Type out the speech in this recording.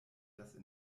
das